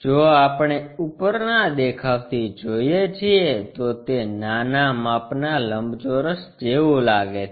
જો આપણે ઉપરના દેખાવથી જોઈએ છીએ તો તે નાના માપના લંબચોરસ જેવું લાગે છે